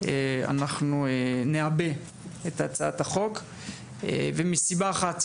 אנחנו נעבה את הצעת החוק מסיבה אחת,